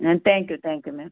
ah thank you thank you ma'am